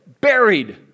buried